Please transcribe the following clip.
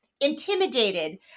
intimidated